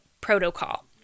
protocol